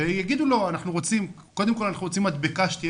שיגידו לו: קודם כל אנחנו רוצים מדבקה שתהיה